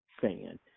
fan